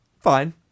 Fine